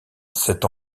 cet